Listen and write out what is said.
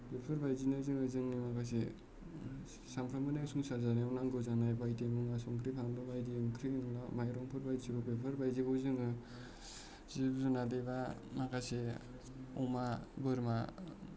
बेफोरबायदिनो जोङो जोंनि माखासे सामफ्रोमबोनि संसार जानायाव नांगौ जानाय बायदि मुवा संख्रि फानलु बायदि ओंख्रि मैला माइरंफोर बायदि बेफोरबायदिखौ जोङो जिब जुनार एबा माखासे अमा बोरमा